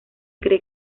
cree